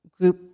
group